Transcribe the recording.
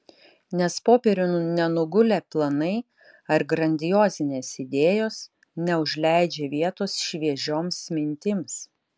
nes popieriun nenugulę planai ar grandiozinės idėjos neužleidžia vietos šviežioms mintims